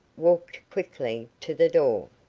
walked quickly to the door.